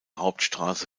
hauptstrasse